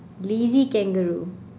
lazy kangaroo